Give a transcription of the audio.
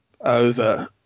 over